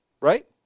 Right